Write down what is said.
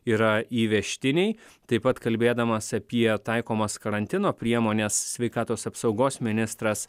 yra įvežtiniai taip pat kalbėdamas apie taikomas karantino priemones sveikatos apsaugos ministras